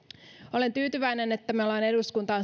olen tyytyväinen että me olemme eduskuntaan